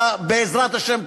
בעזרת השם,